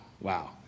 wow